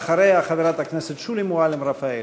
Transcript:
ואחריה, חברת הכנסת שולי מועלם-רפאלי.